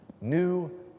New